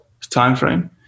timeframe